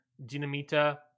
Dinamita